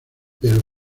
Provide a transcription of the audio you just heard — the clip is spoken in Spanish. pero